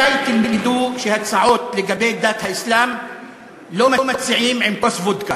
מתי תלמדו שהצעות לגבי דת האסלאם לא מציעים עם כוס וודקה?